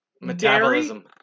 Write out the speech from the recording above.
metabolism